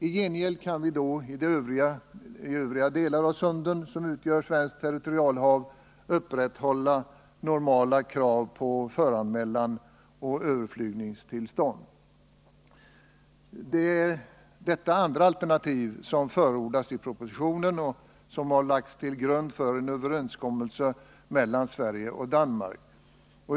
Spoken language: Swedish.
I gengäld kan vi då i de övriga delar av sunden som utgör svenskt territorialhav upprätthålla normala krav på föranmälan och överflygningstillstånd. Det är detta andra alternativ som förordas i propositionen och som har lagts till grund för en överenskommelse mellan Sverige och Danmark.